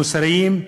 המוסריים,